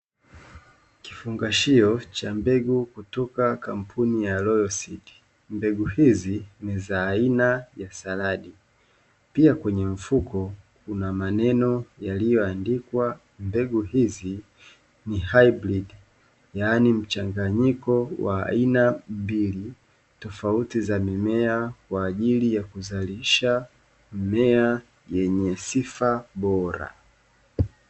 Kifungashio cha mbegu kutoka kampuni ya "ROYSI " mbegu hizi ni za aina ya kisaradi, pia kwenye mfuko kuna maneno yaliyoandikwa "mbegu hizi ni hybreed" yani mchanganyiko wa aina mbili tofauti za mimea, kwa ajili ya kuzalisha mmea wenye sifa bora.